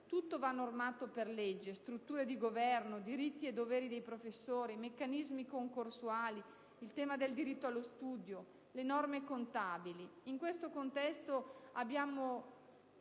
Tutto va normato per legge: strutture di governo, diritti e doveri dei professori, meccanismi concorsuali, diritto allo studio, norme contabili. In questo contesto abbiamo